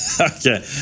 Okay